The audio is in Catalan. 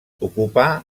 ocupà